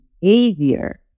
behavior